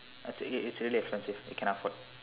it it's really expensive you cannot afford